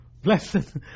Blessed